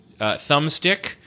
thumbstick